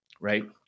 Right